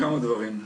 כמה דברים.